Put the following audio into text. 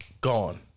gone